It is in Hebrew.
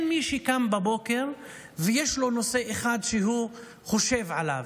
אין מי שקם בבוקר ויש לו נושא אחד שהוא חושב עליו,